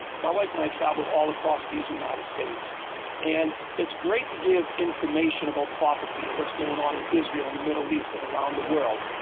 my wife and i travel all across these united states and it's great to give information about prophecy and what is going on in israel, and the middle east and around the world.